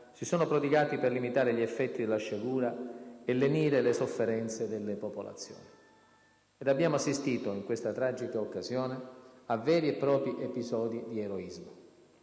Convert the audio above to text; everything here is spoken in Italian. si sono prodigati per limitare gli effetti della sciagura e lenire le sofferenze delle popolazioni. Ed abbiamo assistito, in questa tragica occasione, a veri e propri episodi di eroismo.